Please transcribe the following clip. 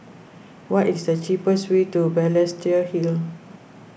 what is the cheapest way to Balestier Hill